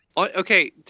Okay